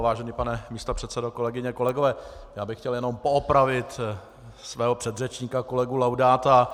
Vážený pane místopředsedo, kolegyně, kolegové, já bych chtěl jenom poopravit svého předřečníka kolegu Laudáta.